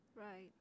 Right